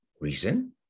Reason